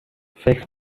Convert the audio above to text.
فکر